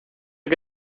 que